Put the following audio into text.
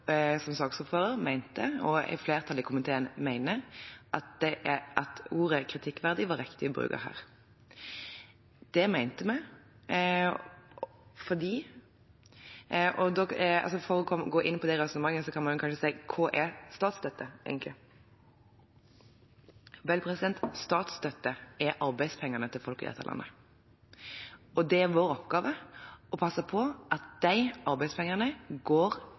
og flertallet i komiteen mener det, at ordet «kritikkverdig» var riktig å bruke her. Det mener vi, og for å gå inn på det resonnementet kan man si: Hva er statsstøtte, egentlig? Vel, statsstøtte er arbeidspengene til folk i dette landet, og det er vår oppgave å passe på at de arbeidspengene går